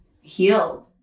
healed